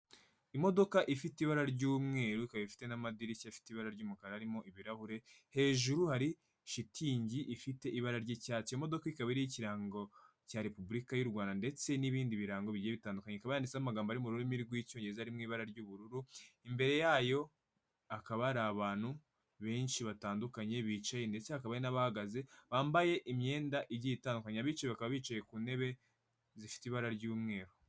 Imodoka ifite ibara ry'umweru ikaba ifite n'amadirishya afite ibara ry'umukara arimo ibirahure, hejuru hari shitingi ifite ibara ry'icyatsi. Iyo imodoka ikaba ikirango cya repubulika y'u Rwanda ndetse n'ibindi birango bigiye bitandukanye ikaba yanditseho amagambo ari mu rurimi rw'Icyongereza ari mu ibara ry'ubururu. Imbere yayo hakaba hari abantu benshi batandukanye bicaye ndetse hakaba n'abahagaze bambaye imyenda igiye itandukanye abicaye bakaba bicaye ku ntebe zifite ibara ry'umweru.